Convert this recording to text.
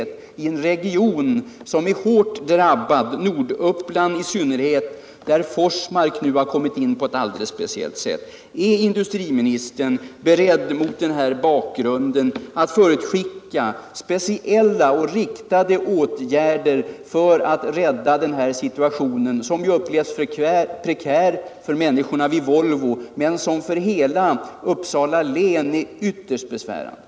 Det är en region som är hårt drabbad, i synnerhet Norduppland där Forsmark kommit med i bilden på ett alldeles speciellt sätt. Är industriministern mot den här bakgrunden beredd att förutskicka speciella och riktade åtgärder för att reda upp den situation som upplevs som prekär för människorna vid Volvo men som för hela Uppsala län är ytterst besvärande?